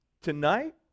Tonight